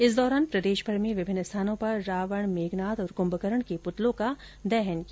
इस दौरान प्रदेशभर में विभिन्न स्थानों पर रावण मेघनाथ और कुंभकरण के पुतलों का दहन किया जाएगा